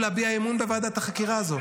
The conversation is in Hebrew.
מה לגבי ועדת חקירה?